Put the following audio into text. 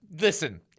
Listen